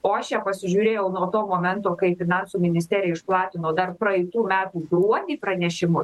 o aš ją pasižiūrėjau nuo to momento kai finansų ministerija išplatino dar praeitų metų gruodį pranešimu